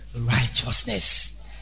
Righteousness